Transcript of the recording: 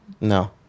No